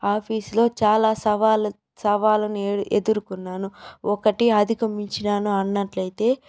office లో చాలా సవాల్ సవాళ్ళను ఎదుర్కొన్నాను ఒకటి అధిగమించినాను అన్నట్లయితే